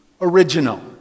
original